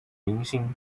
明星